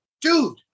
dude